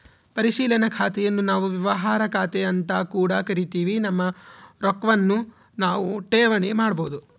ಪರಿಶೀಲನಾ ಖಾತೆನ್ನು ನಾವು ವ್ಯವಹಾರ ಖಾತೆಅಂತ ಕೂಡ ಕರಿತಿವಿ, ನಮ್ಮ ರೊಕ್ವನ್ನು ನಾವು ಠೇವಣಿ ಮಾಡಬೋದು